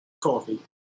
Coffee